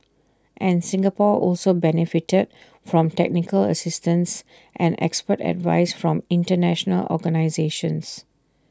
and Singapore also benefited from technical assistance and expert advice from International organisations